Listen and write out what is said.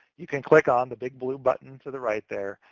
you can click on the big blue button to the right there,